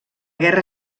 guerra